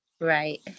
Right